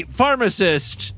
pharmacist